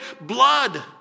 blood